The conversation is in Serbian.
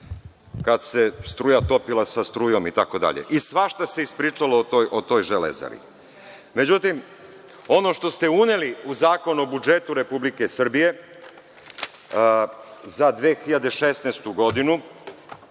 kad se struja topila sa strujom i tako dalje. Svašta se ispričalo o toj „Železari“. Međutim, ono što ste uzeli u Zakon o budžetu Republike Srbije za 2016. godinu,